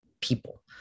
people